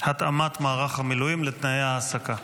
התאמת מערך המילואים לתנאי העסקה.